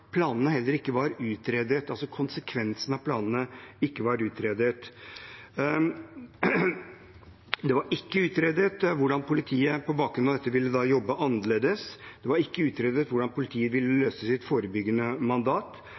av planene heller ikke var utredet. Det var ikke utredet hvordan politiet på bakgrunn av dette ville jobbe annerledes, det var ikke utredet hvordan politiet ville løse sitt forebyggende mandat,